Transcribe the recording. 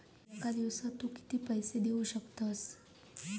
एका दिवसात तू किती पैसे देऊ शकतस?